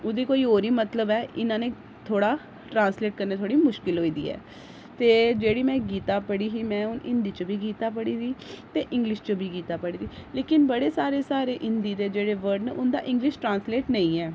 उ'दे कोई होर गै मतलब ऐ इ'नें थोह्ड़ा ट्रांस्लेट करने च थोह्ड़ी मुश्कल होई दी ऐ ते जेह्ड़ी में गीता पढ़ी ही में हुन हिंदी च बी गीता पढ़ी दी ते इंग्लिश च बी गीता पढ़ी दी लेकिन बड़े सारे साढ़े हिंदी दे जेह्ड़े वर्ड न उं'दा इंग्लिश ट्रांस्लेट नेईं ऐ